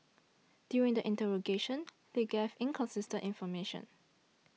during the interrogation they gave inconsistent information